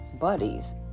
Buddies